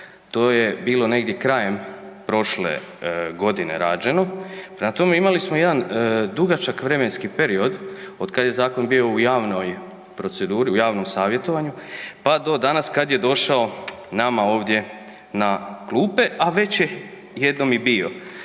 to je bilo negdje krajem prošle godine rađeno. Prema tome, imali smo jedan dugačak vremenski period otkad je zakon bio u javnoj proceduri, u javnom savjetovanju, pa do danas kad je došao nama ovdje na klupe, a već je jednom i bio